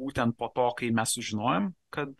būtent po to kai mes sužinojom kad